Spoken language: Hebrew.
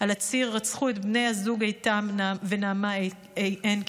על הציר רצחו את בני הזוג איתם ונעמה הנקין.